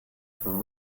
from